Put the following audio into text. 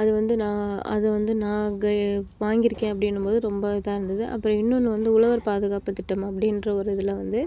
அது வந்து நான் அதுவந்து நாங்கள் வாங்கியிருக்கேன் அப்படினும் போது ரொம்ப இதாக இருந்தது அப்புறம் இன்னொன்று வந்து உழவர் பாதுகாப்பு திட்டம் அப்படின்ற ஒரு இதில் வந்து